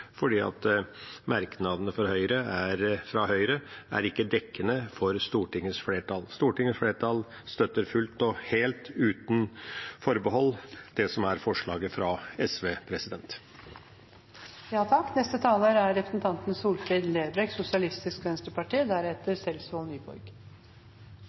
for merknadene fra Høyre er ikke dekkende for Stortingets flertall. Stortingets flertall støtter fullt og helt, uten forbehold, det som er forslaget fra SV. I dag er ein god dag for familiar som er